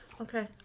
Okay